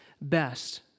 best